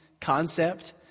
concept